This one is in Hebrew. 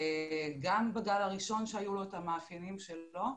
גם בגל הראשון, שהיו לו את המאפיינים שלו,